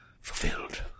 fulfilled